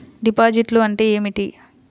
డిపాజిట్లు అంటే ఏమిటి?